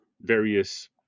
various